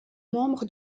membre